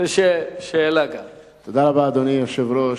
כבוד היושב-ראש,